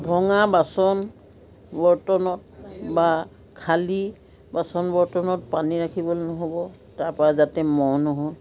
ভঙা বাচন বৰ্তনত বা খালী বাচন বৰ্তনত পানী ৰাখিব নহ'ব তাৰ পা যাতে মহ নহয়